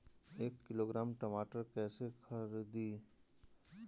एक किलोग्राम टमाटर कैसे खरदी?